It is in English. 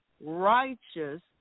righteous